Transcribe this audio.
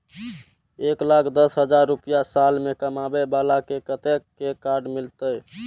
एक लाख दस हजार रुपया साल में कमाबै बाला के कतेक के कार्ड मिलत?